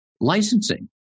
licensing